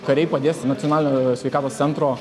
kariai padės nacionalinio sveikatos centro